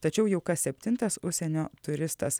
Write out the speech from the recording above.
tačiau jau kas septintas užsienio turistas